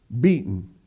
beaten